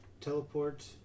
Teleport